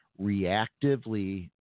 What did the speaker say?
reactively